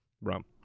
rum